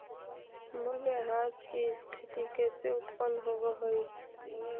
मूल्यह्रास की स्थिती कैसे उत्पन्न होवअ हई?